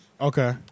Okay